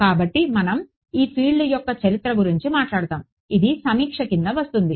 కాబట్టి మనం ఈ ఫీల్డ్ యొక్క చరిత్ర గురించి మాట్లాడతాము ఇది సమీక్ష కింద వస్తుంది